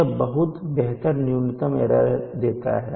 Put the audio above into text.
यह बहुत बेहतर न्यूनतम एरर देता है